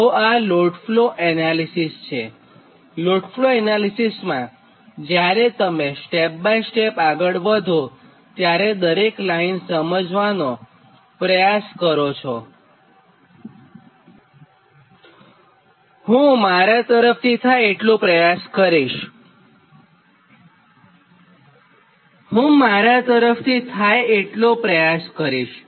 તો આ load flow analysis માં જ્યારે તમે સ્ટેપ બાય સ્ટેપ આગળ વધો ત્યારે તમે દરેક લાઇન સમજવાનો પ્રયાસ કરજોહું મારા તરફથી થાય એટલું પ્રયાસ કરીશ